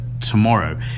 tomorrow